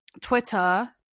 Twitter